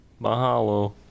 mahalo